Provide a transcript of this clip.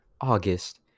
August